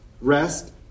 rest